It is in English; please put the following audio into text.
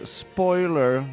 spoiler